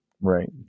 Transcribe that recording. Right